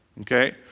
Okay